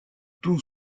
tous